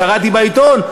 קראתי בעיתון,